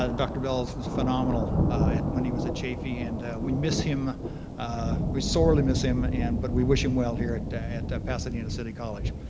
ah dr. bell was was phenomenal at when he was at chaffey and we miss him we sorely miss him and but we wish him well here at at at pasadena city college.